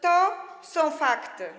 To są fakty.